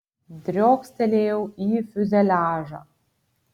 driokstelėjau į fiuzeliažą